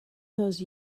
those